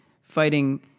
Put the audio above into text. fighting